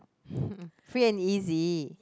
free and easy